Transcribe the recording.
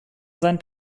seinen